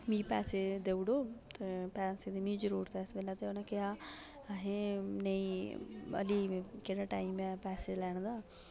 मी पैसे देई ओड़ो ते पैसे दी मी जरूरत ऐ इस बेल्लै ते उ'नें आखेआ असें नेईं हल्ली केह्ड़ा टाइम ऐ पैसे दा लैने दा